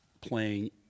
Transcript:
playing